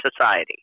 Society